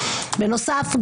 בנוסף,